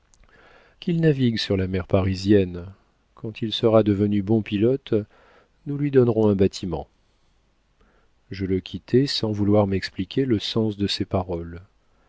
qu'il navigue sur la mer parisienne quand il sera devenu bon pilote nous lui donnerons un bâtiment je le quittai sans vouloir m'expliquer le sens de ses paroles